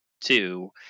two